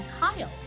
Kyle